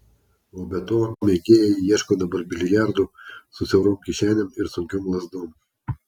o be to mėgėjai ieško dabar biliardų su siaurom kišenėm ir sunkiom lazdom